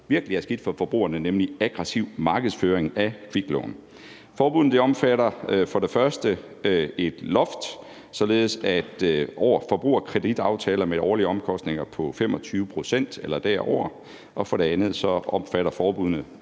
virkelig er skidt for forbrugerne, nemlig en aggressiv markedsføring af kviklån. Forbuddet omfatter for det første et loft, således at det er forbrugerkreditaftaler med årlige omkostninger på 25 pct. eller derover, og for det andet omfatter forbuddet